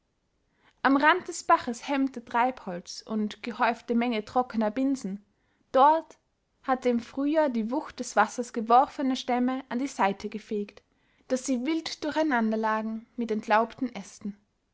am rand des baches hemmte treibholz und gehäufte menge trockener binsen dort hatte im frühjahr die wucht des wassers geworfene stämme an die seite gefegt daß sie wild durcheinanderlagen mit entlaubten ästen